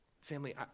Family